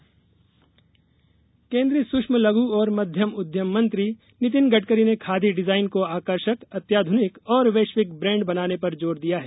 गडकरी खादी केन्द्रीय सूक्ष्म लघ् और मध्यम उद्यम मंत्री नितिन गडकरी ने खादी डिजाइन को आकर्षक अत्याधुनिक और वैश्विक ब्रैंड बनाने पर जोर दिया है